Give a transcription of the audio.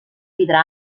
vidre